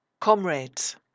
Comrades